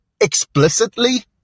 explicitly